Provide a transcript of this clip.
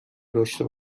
داشته